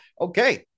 okay